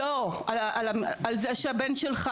לא, על זה שהבן שלך